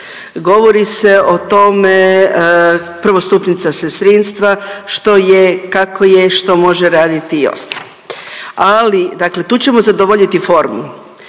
govori se o tome, prvostupnica sestrinstva što je, kako je, što može raditi i ostalo, ali tu ćemo zadovoljiti formu